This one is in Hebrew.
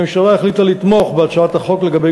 הממשלה החליטה לתמוך בהצעת החוק לגבי